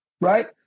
Right